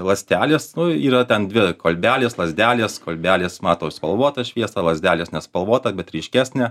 ląstelės yra ten dvi kolbelės lazdelės kolbelės mato spalvotą šviesą lazdelės nespalvotą bet ryškesnę